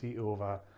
over